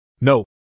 No